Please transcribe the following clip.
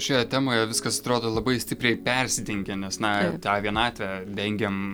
šioje temoje viskas atrodo labai stipriai persidengia nes na tą vienatvę dengiam